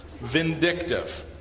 Vindictive